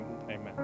Amen